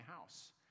house